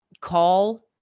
Call